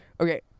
Okay